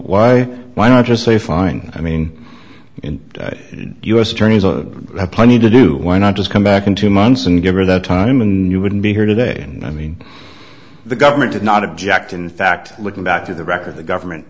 why why not just say fine i mean in the u s attorneys have plenty to do why not just come back in two months and give her the time and you wouldn't be here today and i mean the government did not object in fact looking back to the record the government